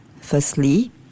Firstly